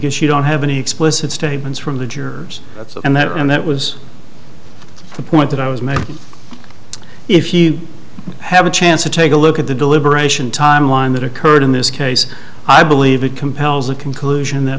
because you don't have any explicit statements from the jurors and that and that was the point that i was made if you have a chance to take a look at the deliberation timeline that occurred in this case i believe it compels the conclusion that